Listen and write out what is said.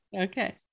Okay